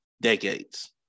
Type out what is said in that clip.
decades